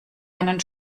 einen